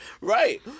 right